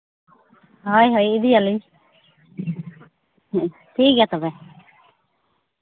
ᱦᱳᱭ ᱦᱳᱭ ᱤᱫᱤᱭᱟᱞᱤᱧ ᱴᱷᱤᱠ ᱜᱮᱭᱟ ᱛᱚᱵᱮ